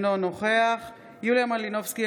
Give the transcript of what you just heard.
אינו נוכח יוליה מלינובסקי,